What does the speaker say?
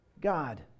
God